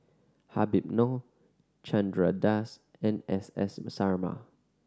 Habib Noh Chandra Das and S S Sarma